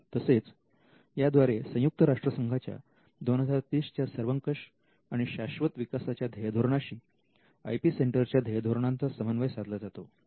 तसेच याद्वारे संयुक्त राष्ट्रसंघाच्या 2030 च्या सर्वंकष आणि शाश्वत विकासाच्या ध्येयधोरणाशी आय पी सेंटरच्या ध्येयधोरणाचा समन्वय साधला जातो